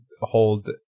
hold